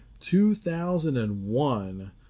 2001